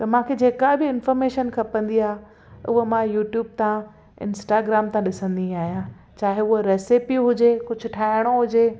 त मांखे जेका बि इंफॉर्मेशन खपंदी आहे उहा मां यूट्यूब था इंस्टाग्राम था ॾिसंदी आहियां चाहे उहा रैसिपी हुजे कुझु ठाहिणो हुजे